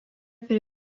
prie